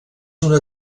una